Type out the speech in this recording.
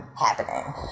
happening